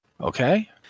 okay